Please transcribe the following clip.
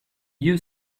you